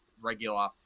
regular